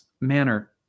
manner